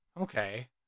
Okay